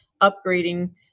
upgrading